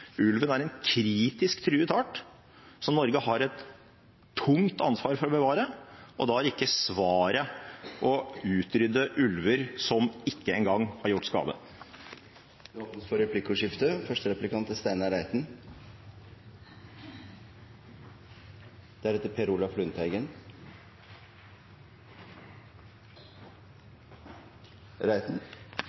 Ulven er en kritisk truet art, som Norge har et tungt ansvar for å bevare, og da er ikke svaret å utrydde ulver som ikke engang har gjort skade. Det blir replikkordskifte. Representanten Hansson gir uttrykk for at han mener at frykt for ulv ikke i seg selv er